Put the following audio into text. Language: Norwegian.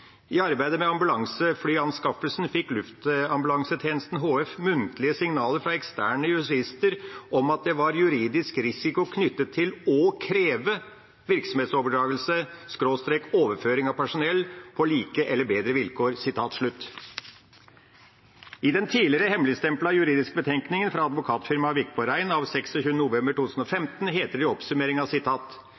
arbeidet med ambulanseflyanskaffelsen fikk Luftambulansetjenesten HF muntlige signaler fra eksterne jurister om at det var juridisk risiko knyttet til å kreve virksomhetsoverdragelse/ overføring av personell på like eller bedre betingelser.» I den tidligere hemmeligstemplede juridiske betenkningen fra advokatfirmaet Wikborg Rein av 26. november 2015 heter det i